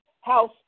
house